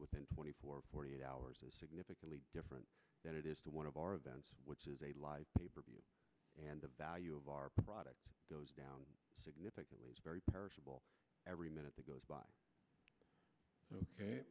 within twenty four forty eight hours is significantly different than it is to one of our events which is a life and the value of our product goes down significantly it's very perishable every minute that goes by